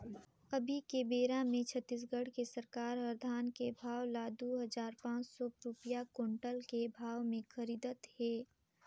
अभी के बेरा मे छत्तीसगढ़ के सरकार हर धान के भाव ल दू हजार पाँच सौ रूपिया कोंटल के भाव मे खरीदत हे